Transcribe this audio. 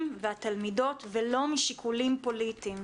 והתלמידות ולא משיקולים פוליטיים.